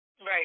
Right